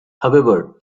however